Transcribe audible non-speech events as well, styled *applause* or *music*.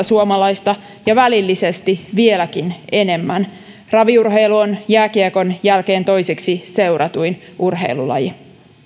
*unintelligible* suomalaista ja välillisesti vieläkin enemmän raviurheilu on jääkiekon jälkeen toiseksi seuratuin urheilulaji